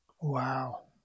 Wow